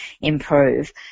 improve